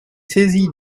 saisi